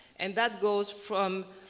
and that goes from